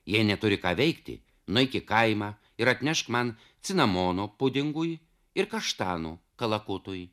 jei neturi ką veikti nueik į kaimą ir atnešk man cinamono pudingui ir kaštano kalakutui